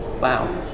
wow